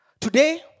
today